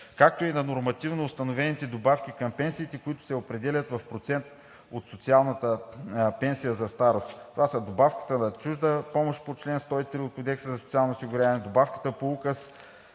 както и на нормативно установените добавки към пенсиите, които се определят в процент от социалната пенсия за старост: добавката за чужда помощ по чл. 103 Кодекса за социално осигуряване, добавката по Указ